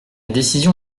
décision